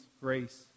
grace